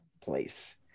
place